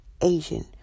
Asian